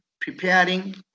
preparing